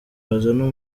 bazana